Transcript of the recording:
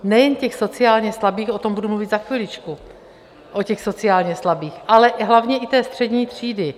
Nejen těch sociálně slabých, o tom budu mluvit za chviličku, o těch sociálně slabých, ale hlavně i střední třídy?